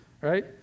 right